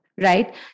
right